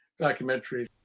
documentaries